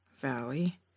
Valley